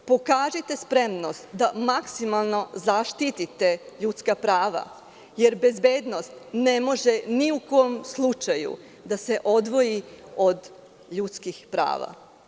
Pokažite spremnost da maksimalno zaštite ljudska prava jer bezbednost ne može ni u kom slučaju da se odvoji od ljudskih prava.